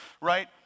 right